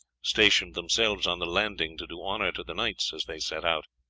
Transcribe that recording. stationed themselves on the landing to do honour to the knights as they set out.